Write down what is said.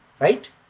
Right